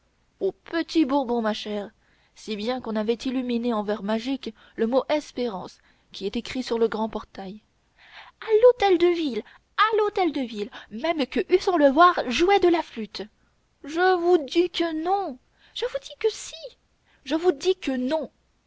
au petit bourbon ma chère si bien qu'on avait illuminé en verres magiques le mot espérance qui est écrit sur le grand portail à l'hôtel de ville à l'hôtel de ville même que husson le voir jouait de la flûte je vous dis que non je vous dis que si je vous dis que non